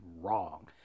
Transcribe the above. wrong